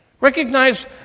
Recognize